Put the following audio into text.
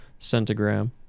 centigram